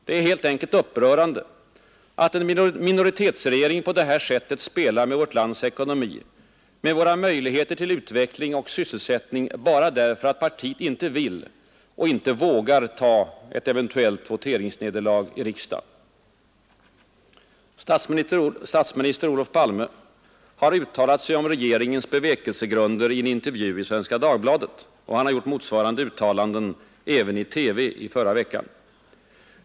Det är helt enkelt upprörande att en minoritetsregering på detta sätt spelar med vårt lands ekonomi, med våra möjligheter till utveckling och sysselsättning bara därför att partiet inte vill och inte vågar ta ett eventuellt voteringsnederlag i riksdagen. Statsminister Olof Palme har uttalat sig om regeringens bevekelsegrunder i en intervju i Svenska Dagbladet, och han har gjort motsvarande uttalanden även i TV i förra veckan.